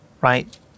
right